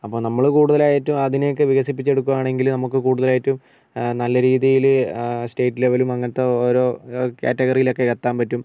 അപ്പം നമ്മൾ കൂടുതലായിട്ടും അതിനെയൊക്കെ വികസിപ്പിച്ചെടുക്കുകാണെങ്കിൽ നമുക്ക് കൂടുതലായിട്ടും നല്ല രീതിയിൽ സ്റ്റേറ്റ് ലെവലും അങ്ങനത്തെ ഓരോ കാറ്റഗറിയിലൊക്കെ എത്താൻ പറ്റും